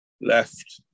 left